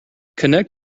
connect